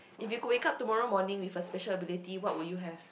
if you could wake up tomorrow morning with a special ability what would you have